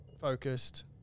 focused